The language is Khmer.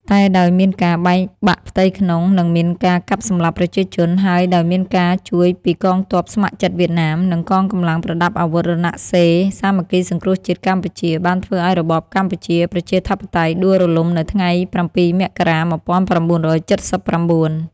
តែដោយមានការបែកបាក់ផ្ទៃក្នុងនិងមានការកាប់សម្លាប់ប្រជាជន ហើយដោយមានការជួយពីកងទព័ស្ម័គ្រចិត្ត វៀតណាម និងកងកម្លាំងប្រដាប់អាវុធរណសិរ្យសាមគ្គីសង្គ្រោះជាតិកម្ពុជាបានធ្វើឱ្យរបបកម្ពុជា ប្រជាធិបតេយ្យដួលរលំនៅថ្ងៃ ៧ មករា ១៩៧៩ ។